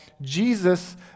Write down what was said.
Jesus